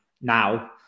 now